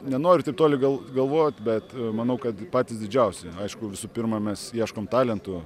nenoriu taip toli gal galvot bet manau kad patys didžiausi aišku visų pirma mes ieškom talentų